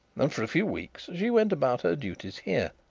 and for a few weeks she went about her duties here.